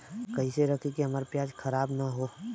कइसे रखी कि हमार प्याज खराब न हो?